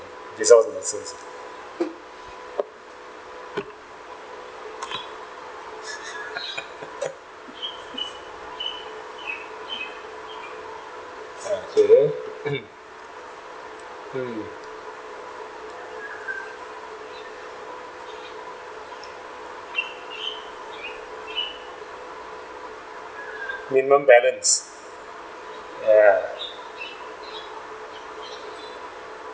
that's all the nonsense okay mm minimum balance ya